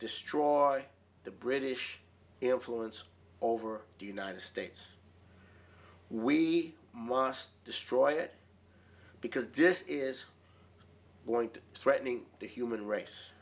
destroy the british influence over the united states we must destroy it because this is going to threatening the human race